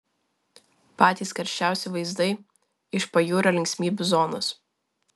patys karščiausi vaizdai iš pajūrio linksmybių zonos